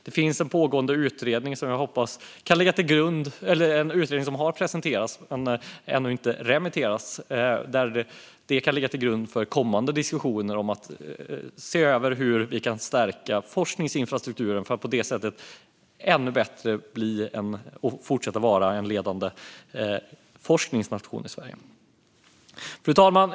Det finns en pågående utredning som har presenterats men som ännu inte har remitterats som jag hoppas kan ligga till grund för kommande diskussioner om att se hur vi kan stärka forskningsinfrastrukturen för att Sverige på det sättet ska kunna fortsätta vara en ledande forskningsnation. Fru talman!